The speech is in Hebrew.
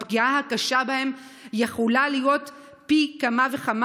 הפגיעה הקשה בהם יכולה להיות קשה פי כמה וכמה.